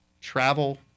Travel